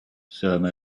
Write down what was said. some